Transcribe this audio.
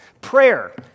Prayer